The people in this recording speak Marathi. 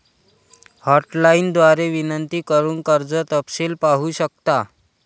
हॉटलाइन द्वारे विनंती करून कर्ज तपशील पाहू शकता